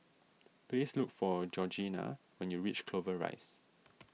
please look for Georgeanna when you reach Clover Rise